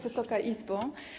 Wysoka Izbo!